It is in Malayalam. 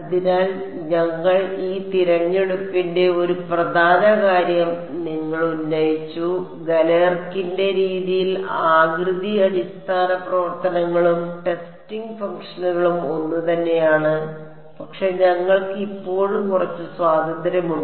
അതിനാൽ ഞങ്ങൾ ഈ തിരഞ്ഞെടുപ്പിന്റെ ഒരു പ്രധാന കാര്യം നിങ്ങൾ ഉന്നയിച്ചു ഗലേർകിന്റെ രീതിയിൽ ആകൃതി അടിസ്ഥാന പ്രവർത്തനങ്ങളും ടെസ്റ്റിംഗ് ഫംഗ്ഷനുകളും ഒന്നുതന്നെയാണ് പക്ഷേ ഞങ്ങൾക്ക് ഇപ്പോഴും കുറച്ച് സ്വാതന്ത്ര്യമുണ്ട്